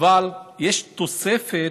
אלא יש תוספת,